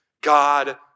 God